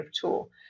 tool